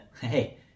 Hey